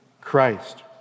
Christ